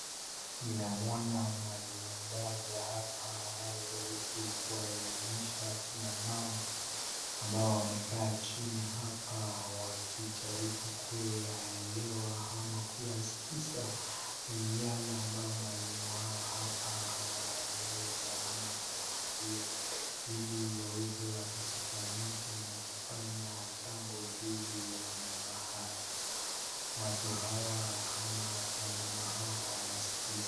Ninamuona mwalimu mmoja hapa anayejaribu kuwaelimisha kina mama ambao wamekaa chini hapa wakijaribu kuyaelewa ama kuyasikiza yale ambayo mwalimu wao hapa anawaeleza ama anawaambia ili waweze wakashikanisha na kufanya jambo dhidi ya maneno haya. Watu hawa ama kina mama hawa wanasikiza.